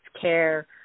care